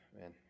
man